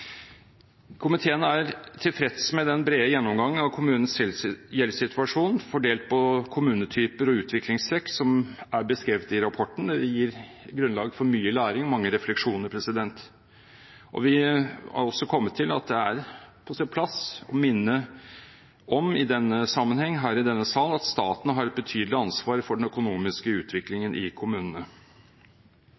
Komiteen er tilfreds med den brede gjennomgangen av kommunenes gjeldssituasjon, fordelt på kommunetyper og utviklingstrekk som er beskrevet i rapporten. Det gir grunnlag for mye læring og mange refleksjoner. Vi har også kommet til at det er på sin plass å minne om i denne sammenheng her i denne sal at staten har et betydelig ansvar for den økonomiske utviklingen i kommunene.